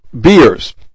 beers